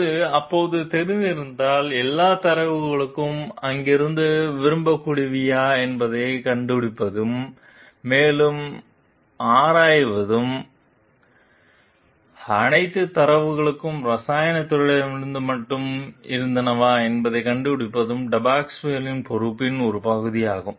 அது அப்போது தெரிந்திருந்தால் எல்லா தரவுகளும் அங்கிருந்து விரும்பக்கூடியவையா என்பதைக் கண்டுபிடிப்பதும் மேலும் ஆராய்வதும் அனைத்து தரவுகளும் இரசாயனத் துறையிடமிருந்து மட்டுமே இருந்தனவா என்பதைக் கண்டுபிடிப்பதும் டெபாஸ்குவேலின் பொறுப்பின் ஒரு பகுதியாகும்